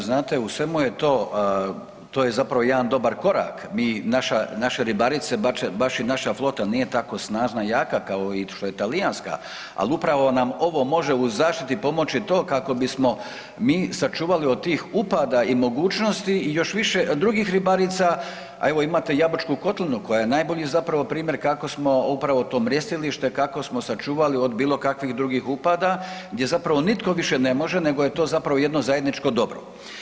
Znate u svemu je to, to je zapravo jedan dobar korak, mi, naša, naše ribarice, baš i naša flota nije tako snažna i jaka kao što je i talijanska, al upravo nam ovo može u zaštiti pomoći to kako bismo mi sačuvali od tih upada i mogućnosti još više drugih ribarica, a evo imate i Jabučku kotlinu koja je najbolji zapravo primjer kako smo upravo to mrjestilište, kako smo sačuvali od bilo kakvih drugih upada gdje zapravo nitko više ne može nego je to zapravo jedno zajedničko dobro.